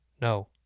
No